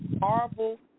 horrible